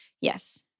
yes